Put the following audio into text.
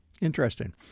Interesting